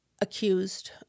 accused